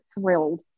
thrilled